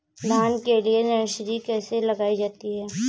धान के लिए नर्सरी कैसे लगाई जाती है?